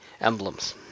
emblems